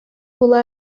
була